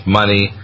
money